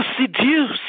seduce